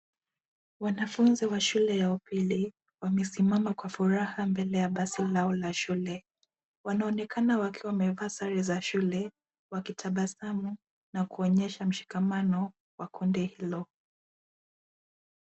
Wanafunzi wa shule ya upili wamesimama kwa furaha mbele ya basi lao la shule. Wanaonekana wakiwa wamevaa sare za shule wakitabasamu na kuonyesha mshikamano wa kundi hilo.